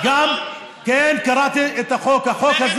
כן, קראתי את החוק.